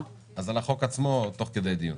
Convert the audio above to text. על החוק עצמו תוך כדי הדיון.